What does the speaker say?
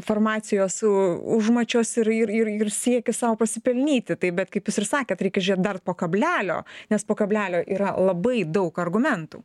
farmacijos užmačios ir ir ir ir siekis sau pasipelnyti tai bet kaip jūs ir sakėt reikia žėt dar po kablelio nes po kablelio yra labai daug argumentų